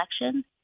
election